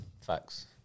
Facts